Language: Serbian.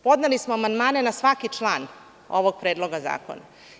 Podneli smo amandmane na svaki član ovog Predloga zakona.